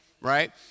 right